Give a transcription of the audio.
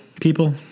people